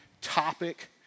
topic